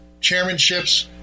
chairmanships